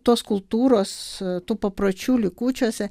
tos kultūros tų papročių likučiuose